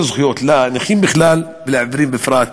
זכויות לנכים בכלל ולעיוורים בפרט.